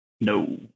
no